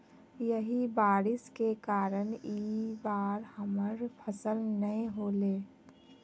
यही बारिश के कारण इ बार हमर फसल नय होले?